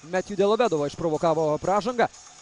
metju delovedova išprovokavo pražangas